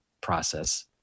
process